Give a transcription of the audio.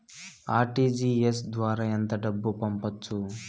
RTGS ద్వారా ఎంత డబ్బు పంపొచ్చు?